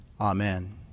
Amen